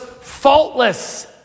faultless